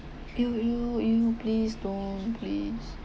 !eww! !eww! !eww! please don't please